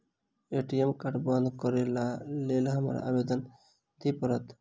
ATM card बंद करैक लेल हमरा आवेदन दिय पड़त?